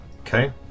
Okay